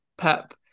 Pep